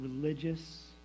religious